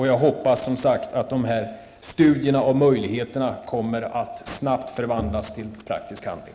Jag hoppas som sagt att studierna av möjligheterna snart kommer att resultera i praktisk handling.